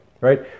right